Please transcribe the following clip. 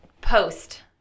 post